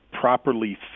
properly